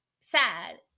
sad